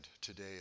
today